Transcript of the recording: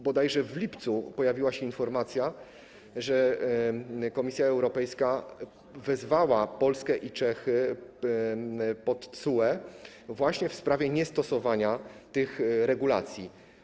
Bodajże w lipcu pojawiła się informacja, że Komisja Europejska wezwała Polskę i Czechy przed TSUE właśnie w sprawie niestosowania tych regulacji.